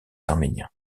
arméniens